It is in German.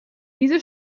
diese